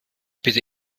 bitte